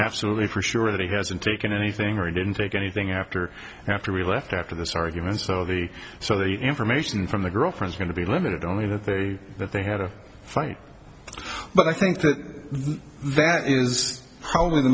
absolutely for sure that he hasn't taken anything or he didn't take anything after after we left after this argument so the so the information from the girlfriend's going to be limited only that they that they had a fight but i think that that is probably the